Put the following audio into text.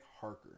Harker